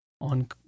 on